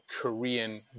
Korean